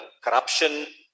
Corruption